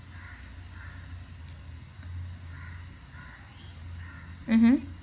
mmhmm